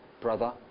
brother